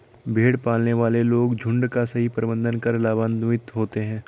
भेड़ पालने वाले लोग झुंड का सही प्रबंधन कर लाभान्वित होते हैं